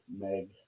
Meg